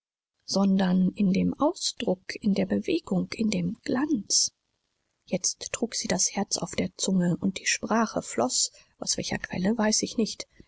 sondern in dem ausdruck in der bewegung in dem glanz jetzt trug sie das herz auf der zunge und die sprache floß aus welcher quelle weiß ich nicht